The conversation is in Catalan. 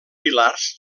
pilars